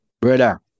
Brother